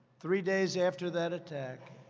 three days after that attack,